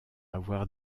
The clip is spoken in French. avoir